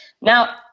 now